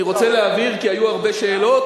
אני רוצה להבהיר, כי היו הרבה שאלות.